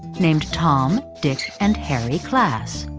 named tom, dick, and harry class.